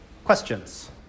Questions